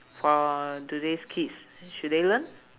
for today's kids should they learn